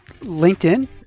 LinkedIn